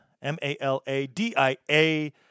M-A-L-A-D-I-A